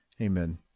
Amen